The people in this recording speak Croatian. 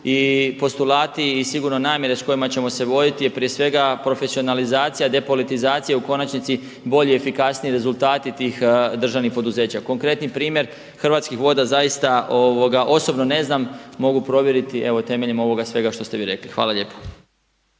I postulati i sigurno namjere s kojima ćemo se voditi je prije svega profesionalizacija i depolitizacija, u konačnici bolji i efikasniji rezultati tih državnih poduzeća. Konkretni primjer Hrvatskih voda zaista osobno ne znam, mogu provjeriti evo temeljem ovoga svega što ste vi rekli. Hvala lijepo.